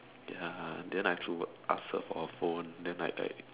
ya then I have to ask her for her phone then like like